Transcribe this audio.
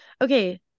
Okay